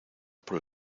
por